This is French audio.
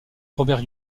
robert